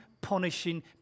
punishing